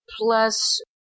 plus